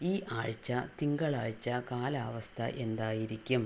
ഈ ആഴ്ച തിങ്കളാഴ്ച കാലാവസ്ഥ എന്തായിരിക്കും